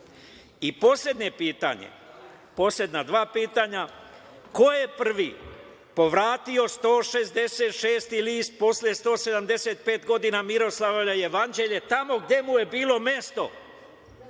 poslednje pitanje, poslednja dva pitanja: ko je prvi povratio 166. list posle 175. godina Miroslavljevo jevanđelje tamo gde mu je bilo mesto?